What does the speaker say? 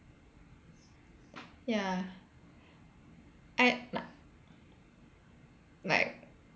ya I l~ like